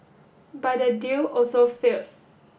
but that deal also failed